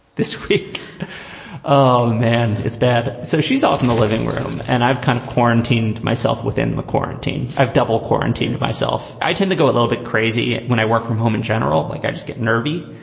this. and um then it's bad. so she's off in the living room. and i've kind of quarantined myself within the quarantine. i've double quarantined myself. i tend to go a little bit crazy when i work from home in general. like, i just get nervy.